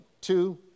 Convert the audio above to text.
two